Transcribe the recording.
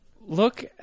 look